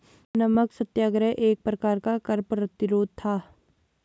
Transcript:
नमक सत्याग्रह एक प्रकार का कर प्रतिरोध था